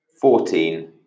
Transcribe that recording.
fourteen